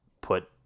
put